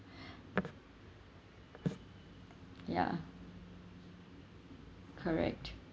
ya correct